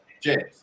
James